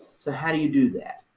so how do you do that?